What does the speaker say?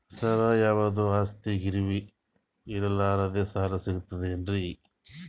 ಸರ, ಯಾವುದು ಆಸ್ತಿ ಗಿರವಿ ಇಡಲಾರದೆ ಸಾಲಾ ಸಿಗ್ತದೇನ್ರಿ?